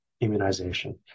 immunization